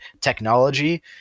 technology